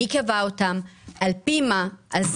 מי קבע אותם, על-פי מה.